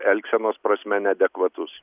elgsenos prasme neadekvatus